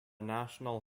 national